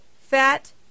fat